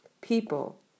People